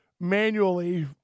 manually